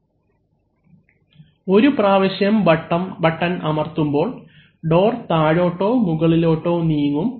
അവലംബിക്കുന്ന സ്ലൈഡ് സമയം 1917 ഒരു പ്രാവശ്യം ബട്ടൺ അമർത്തുമ്പോൾ ഡോർ താഴോട്ടോ മുകളിലോട്ടോ നീങ്ങും